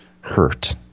hurt